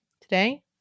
today